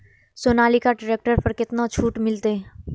Sonalika tractor पर केतना छूट मिलते?